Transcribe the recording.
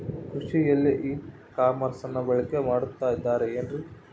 ಕೃಷಿಯಲ್ಲಿ ಇ ಕಾಮರ್ಸನ್ನ ಬಳಕೆ ಮಾಡುತ್ತಿದ್ದಾರೆ ಏನ್ರಿ?